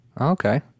Okay